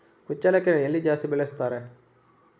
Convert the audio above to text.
ಕುಚ್ಚಲಕ್ಕಿಯನ್ನು ಎಲ್ಲಿ ಜಾಸ್ತಿ ಬೆಳೆಸುತ್ತಾರೆ?